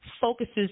focuses